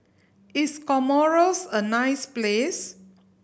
is Comoros a nice place